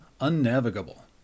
unnavigable